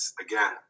again